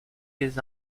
des